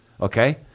okay